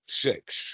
six